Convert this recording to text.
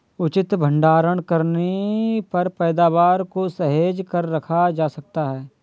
उचित भंडारण करने पर पैदावार को सहेज कर रखा जा सकता है